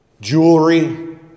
Jewelry